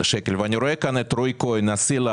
אימהות צעירות,